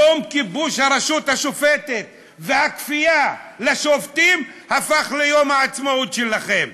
יום כיבוש הרשות השופטת והכפייה על השופטים הפך ליום העצמאות שלכם.